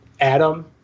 Adam